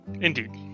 Indeed